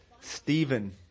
Stephen